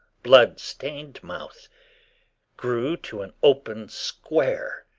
blood-stained mouth grew to an open square,